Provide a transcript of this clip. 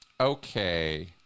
Okay